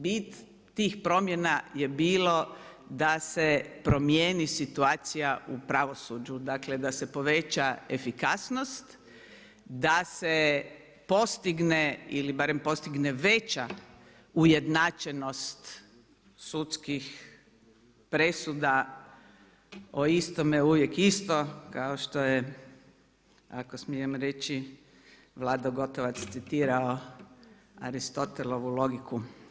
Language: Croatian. Bit tih promjena je bilo da se promijeni situacija u pravosuđu, dakle da se poveća efikasnost, da se postigne ili barem postigne veća ujednačenost sudskih presuda o istome uvijek isto kao što je ako smijem reći Vlado Gotovac citirao Aristotelovu logiku.